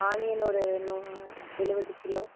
onion ஒரு நூ எழுபது கிலோ